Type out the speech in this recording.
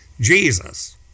Jesus